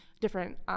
different